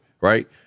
right